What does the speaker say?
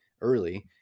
early